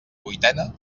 vuitena